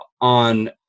on